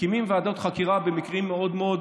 מקימים ועדות חקירה במקרים מאוד מאוד